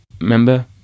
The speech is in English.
Remember